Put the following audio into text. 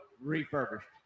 refurbished